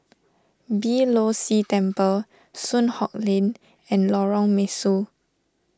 Beeh Low See Temple Soon Hock Lane and Lorong Mesu